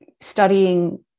studying